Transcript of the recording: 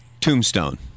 Tombstone